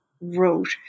wrote